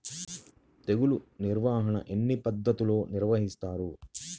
తెగులు నిర్వాహణ ఎన్ని పద్ధతుల్లో నిర్వహిస్తారు?